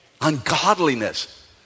ungodliness